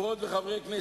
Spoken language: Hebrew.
שקורה